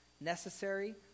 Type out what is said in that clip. necessary